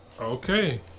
okay